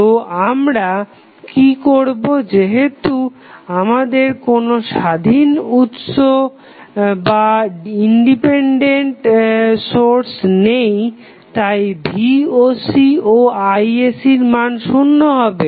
তো আমরা কি করবো যেহেতু আমাদের কোনো স্বাধীন উৎস নেই তাই voc ও isc এর মান শুন্য হবে